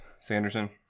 Sanderson